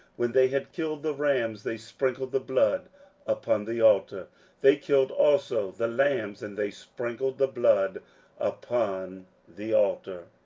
when they had killed the rams, they sprinkled the blood upon the altar they killed also the lambs, and they sprinkled the blood upon the altar.